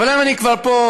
אבל אם אני כבר פה,